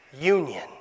union